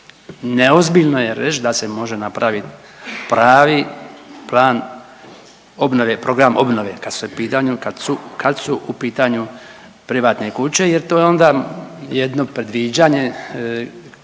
neozbiljno je reći da se može napraviti pravi plan obnove, program obnove kad su pitanju kad su u pitanju privatne kuće, jer to je onda jedno predviđeno